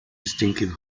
distinctive